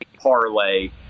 parlay